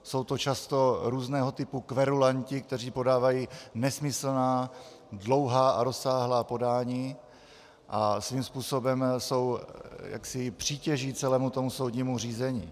Jsou to často různého typu kverulanti, kteří podávají nesmyslná dlouhá a rozsáhlá podání a svým způsobem jsou jaksi přítěží celému soudnímu řízení.